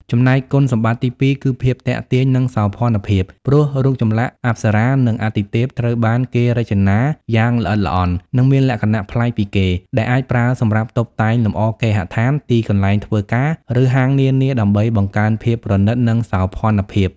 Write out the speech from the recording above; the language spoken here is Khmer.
ចំណែកគុណសម្បត្តិទីពីរ គឺ ភាពទាក់ទាញ និងសោភ័ណភាព ព្រោះរូបចម្លាក់អប្សរា និងអាទិទេពត្រូវបានគេរចនាយ៉ាងល្អិតល្អន់ និងមានលក្ខណៈប្លែកពីគេ ដែលអាចប្រើសម្រាប់តុបតែងលម្អគេហដ្ឋាន ទីកន្លែងធ្វើការ ឬហាងនានាដើម្បីបង្កើនភាពប្រណីត និងសោភ័ណភាព។